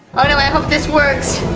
oh no, i hope this works.